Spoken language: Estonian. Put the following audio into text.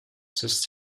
sest